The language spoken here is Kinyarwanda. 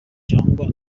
cyangwa